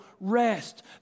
rest